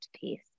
piece